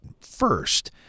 first